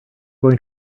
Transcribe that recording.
going